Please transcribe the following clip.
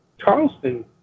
Charleston